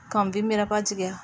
ਕੰਮ ਵੀ ਮੇਰਾ ਭੱਜ ਗਿਆ